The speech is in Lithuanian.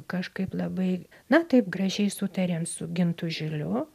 kažkaip labai na taip gražiai sutarėm su gintu žiliu